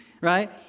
Right